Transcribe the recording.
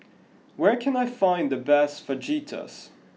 where can I find the best Fajitas